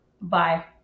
Bye